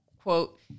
quote